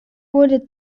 wurde